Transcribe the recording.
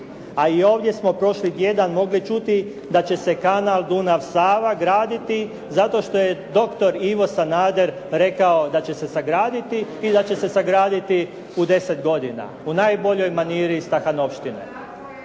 A i ovdje smo prošli tjedan mogli čuti da će se kanal Dunav-Sava graditi zato što je doktor Ivo Sanader rekao da će se sagraditi i da će se sagraditi u 10 godina, u najboljoj maniri stahanovštine.